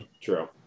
True